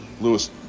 Lewis